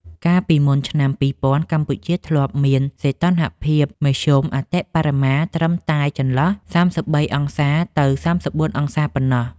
កាលពីមុនឆ្នាំ ២០០០ កម្ពុជាធ្លាប់មានសីតុណ្ហភាពមធ្យមអតិបរមាត្រឹមតែចន្លោះ ៣៣°C ទៅ ៣៤°C ប៉ុណ្ណោះ។